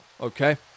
Okay